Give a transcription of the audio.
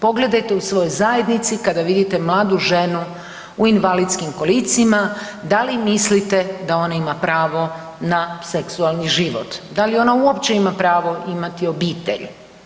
Pogledate u svojoj zajednici kada vidite mladu ženu u invalidskim kolicima da li mislite da ona ima pravo na seksualni život, da li ona uopće ima pravo imati obitelj?